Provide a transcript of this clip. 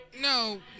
No